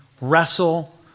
wrestle